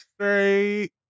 say